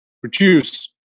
produce